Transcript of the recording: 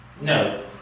No